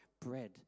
bread